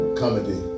comedy